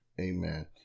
Amen